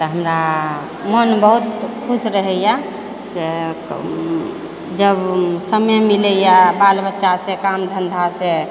तऽ हमरा मोन बहुत ख़ुश रहै यऽ से जब समय मिलै यऽ बाल बच्चासँ काम धन्धासँ